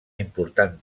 important